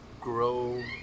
grow